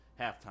halftime